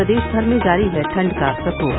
प्रदेश भर में जारी है ठण्ड का प्रकोप